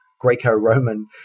Greco-Roman